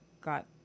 got